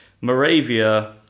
Moravia